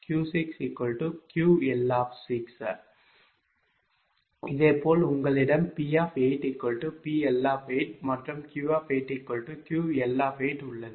இதேபோல் உங்களிடம் P PL மற்றும் Q QL உள்ளது